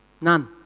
None